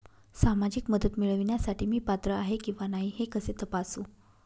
सामाजिक मदत मिळविण्यासाठी मी पात्र आहे किंवा नाही हे कसे तपासू?